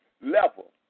level